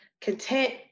content